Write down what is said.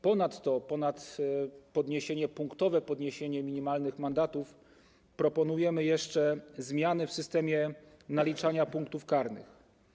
Poza podniesieniem punktowym, podniesieniem minimalnych mandatów proponujemy jeszcze zmiany w systemie naliczania punktów karnych.